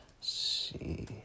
see